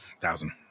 thousand